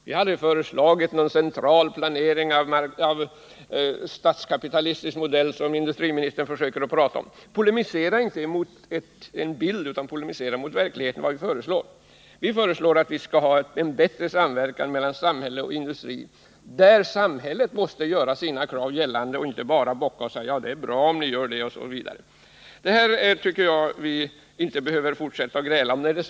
Vi har aldrig föreslagit någon central planering av statskapitalistisk modell, som industriministern talar om. Polemisera inte mot en bild, utan mot vad vi verkligen föreslår! Vad vi föreslår är en bättre samverkan mellan samhället och industrin, där samhället måste kunna ställa krav och inte bara bocka och tacka för vad industrin gör. Jag tycker inte att vi skall fortsätta att gräla om den saken.